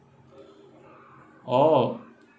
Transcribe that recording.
orh